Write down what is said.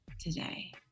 today